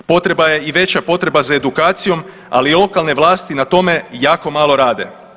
Potreba je i veća potreba za edukacijom, ali i lokalne vlasti na tome jako malo rade.